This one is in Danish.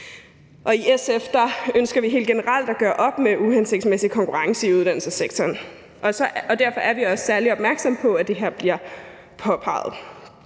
I SF ønsker vi helt generelt at gøre op med uhensigtsmæssig konkurrence i uddannelsessektoren, og derfor er vi også særlig opmærksomme på, at det her bliver påpeget.